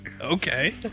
okay